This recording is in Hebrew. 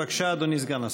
בבקשה, אדוני סגן השר.